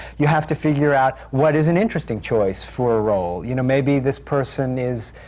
you have to figure out, what is an interesting choice for a role? you know, maybe this person is,